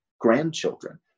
grandchildren